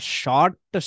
short